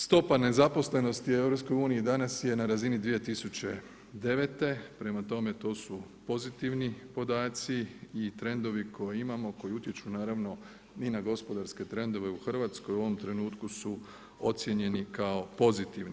Stopa nezaposlenosti EU-a, danas je na razini 2009., prema tome to su pozitivni podaci i trendovi koje imamo, koji utječu naravno i na gospodarske trendove u Hrvatskoj, u ovom trenutku su ocjenjeni kao pozitivni.